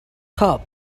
cup